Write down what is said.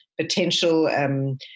potential